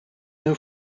new